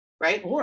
right